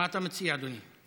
מה אתה מציע, אדוני?